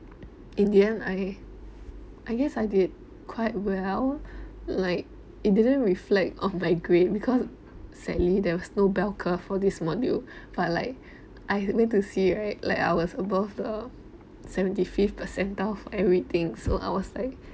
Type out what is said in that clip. in the end I I guess I did quite well like it didn't reflect of my grade because sadly there was no bell curve for this module but like I need to see right like I was above the seventy fifth percentile of everything so I was like